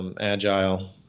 Agile